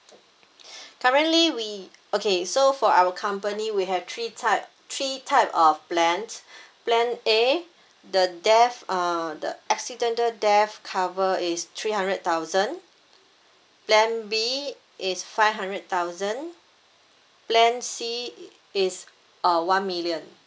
currently we okay so for our company we have three type three type of plans plan A the death uh the accidental death cover is three hundred thousand plan B is five hundred thousand plan C it is uh one million